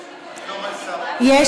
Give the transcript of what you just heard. סליחה, אין פה שר במליאה.